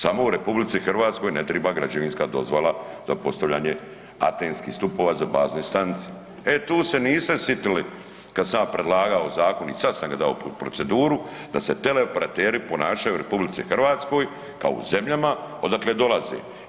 Samo u RH ne triba građevinska dozvola za postavljanje antenskih stupova za bazne stanice, e tu se niste sitili kad sam ja predlagao zakon i sad sam ga dao u tu proceduru, da se teleoperateri ponašaju u RH kao u zemljama odakle dolaze.